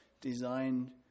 designed